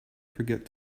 forget